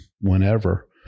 whenever